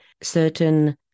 certain